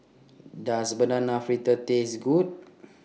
Does Banana Fritters Taste Good